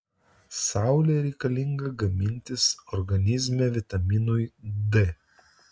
saulė reikalinga gamintis organizme vitaminui d